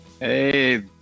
Hey